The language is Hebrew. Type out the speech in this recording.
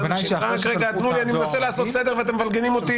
רק רגע, תנו לי לעשות סדר, אתם מבלגנים אותי.